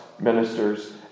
ministers